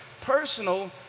personal